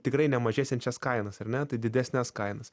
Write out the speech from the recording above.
tikrai nemažėsiančias kainas ar ne tai didesnes kainas